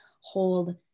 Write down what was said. hold